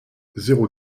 zéro